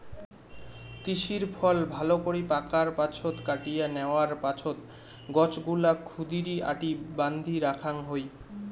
তিসির ফল ভালকরি পাকার পাছত কাটিয়া ন্যাওয়ার পাছত গছগুলাক ক্ষুদিরী আটি বান্ধি রাখাং হই